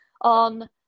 on